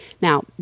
Now